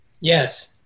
Yes